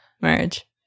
marriage